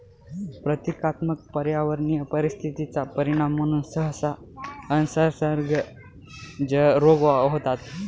प्रतीकात्मक पर्यावरणीय परिस्थिती चा परिणाम म्हणून सहसा असंसर्गजन्य रोग होतात